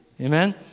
amen